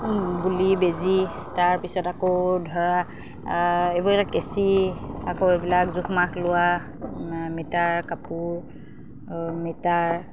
গুলি বেজী তাৰপিছত আকৌ ধৰা এইবোৰ এতিয়া কেঁচি আকৌ এইবিলাক জোখ মাখ লোৱা মিটাৰ কাপোৰ মিটাৰ